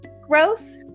gross